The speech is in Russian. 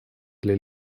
для